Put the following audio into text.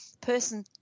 person